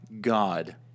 God